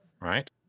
Right